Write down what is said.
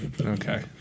Okay